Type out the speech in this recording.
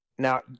Now